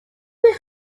eich